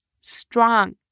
strong